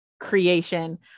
creation